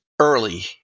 early